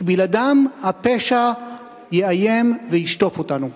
כי בלעדיהם הפשע יאיים וישטוף אותנו.